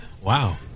Wow